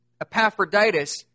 Epaphroditus